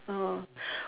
oh